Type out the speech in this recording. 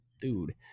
dude